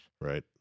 Right